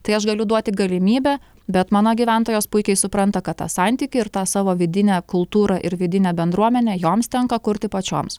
tai aš galiu duoti galimybę bet mano gyventojos puikiai supranta kad tą santykį ir tą savo vidinę kultūrą ir vidinę bendruomenę joms tenka kurti pačioms